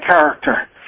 character